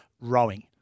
rowing